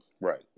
right